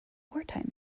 wartime